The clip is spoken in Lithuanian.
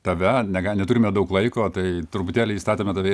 tave nega neturime daug laiko tai truputėlį įstatėme tave į